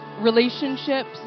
Relationships